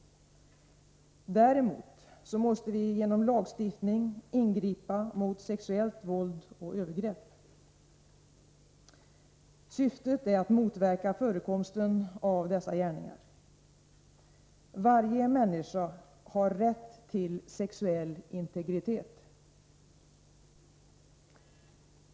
Däremot måste vi genom lagstiftning ingripa mot sexuellt våld och övergrepp. Syftet är att motverka förekomsten av dessa gärningar. Varje människa har rätt till sexuell integritet.